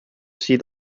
see